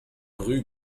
rue